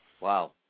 Wow